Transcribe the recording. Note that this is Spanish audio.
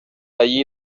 allí